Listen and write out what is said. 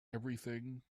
everything